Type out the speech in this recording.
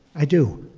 i do.